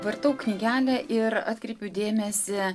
vartau knygelę ir atkreipiu dėmesį